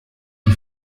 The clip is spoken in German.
die